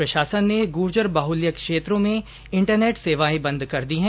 प्रशासन ने गुर्जर बाहुल्य क्षेत्रों में इंटरनेट सेवाएं बंद कर दी हैं